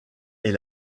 est